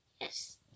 yes